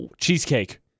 Cheesecake